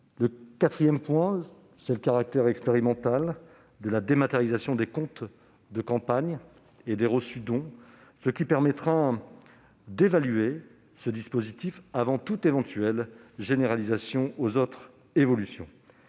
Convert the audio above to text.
Le quatrième est le caractère expérimental de la dématérialisation des comptes de campagne et des reçus-dons, qui permettra d'évaluer le dispositif avant toute généralisation éventuelle.